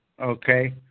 okay